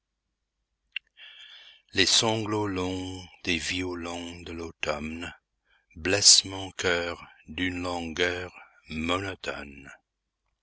les sanglots longs des violons de l'automne blessent mon coeur d'une langueur monotone